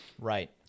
Right